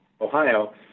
Ohio